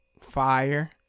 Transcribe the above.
Fire